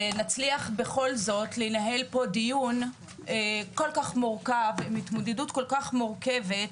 ונצליח בכל זאת לנהל פה דיון עם התמודדות כל כך מורכבת,